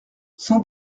cent